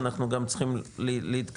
אנחנו גם צריכים להתכנס,